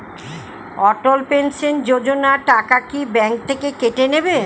অটল pension Yojana টাকা কি bank থেকে কেটে নেবে?